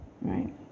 Right